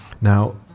Now